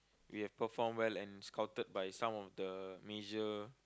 we have perform well and scouted by some of the major